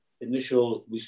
initial